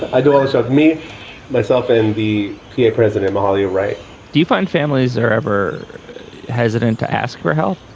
i do all the show me myself and the president, mahalia. right do you find families that are ever hesitant to ask for help?